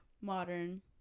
modern